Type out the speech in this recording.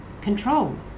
control